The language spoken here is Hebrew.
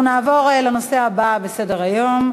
אנחנו נעבור לנושא הבא בסדר-היום: